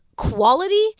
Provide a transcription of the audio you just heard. quality